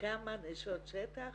כמה נשות שטח